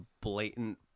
blatant